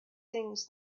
things